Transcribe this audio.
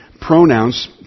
pronouns